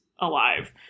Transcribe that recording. alive